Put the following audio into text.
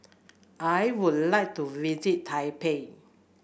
I would like to visit Taipei